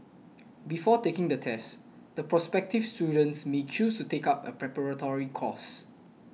before taking the test the prospective students may choose to take up a preparatory course